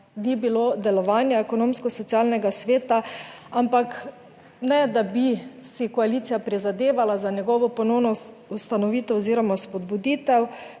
ni bilo delovanja Ekonomskosocialnega sveta, ampak ne, da bi si koalicija prizadevala za njegovo ponovno ustanovitev oziroma spodbuditev,